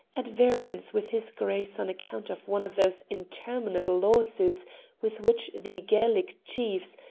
at variance with his grace on account of one of those interminable lawsuits with which the gaelic chiefs,